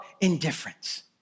indifference